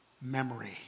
memory